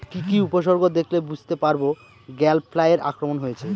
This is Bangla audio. কি কি উপসর্গ দেখলে বুঝতে পারব গ্যাল ফ্লাইয়ের আক্রমণ হয়েছে?